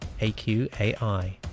AQAI